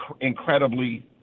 incredibly